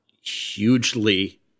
hugely